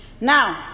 Now